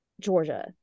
Georgia